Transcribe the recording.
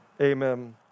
Amen